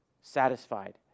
satisfied